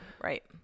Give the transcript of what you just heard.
right